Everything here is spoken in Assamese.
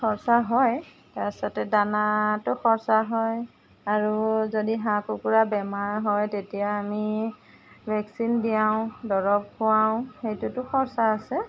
খৰচা হয় তাৰপিছতে দানাটো খৰচা হয় আৰু যদি হাঁহ কুকুৰা বেমাৰ হয় তেতিয়া আমি ভেকচিন দিয়াও দৰব খুৱাও সেইটোতো খৰচা আছে